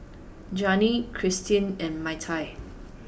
Janine Cristina and Myrtle